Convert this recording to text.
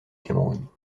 cameroun